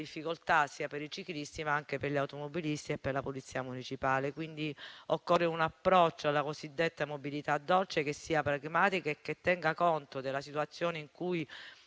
difficoltà sia per i ciclisti, ma anche per gli automobilisti e per la Polizia municipale. Quindi occorre un approccio alla cosiddetta mobilità dolce che sia pragmatica e che tenga conto della situazione in cui